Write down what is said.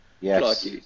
yes